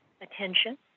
attention